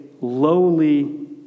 lowly